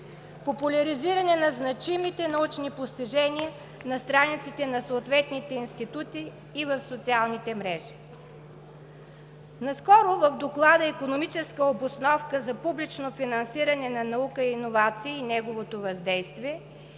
популяризиране на значимите научни постижения на страниците на съответните институти и в социалните мрежи. Наскоро в Доклада „Икономическа обосновка на публичното финансиране за наука и иновации и неговото въздействие“,